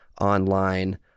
online